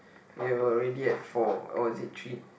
we were already at four or was it three